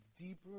deeper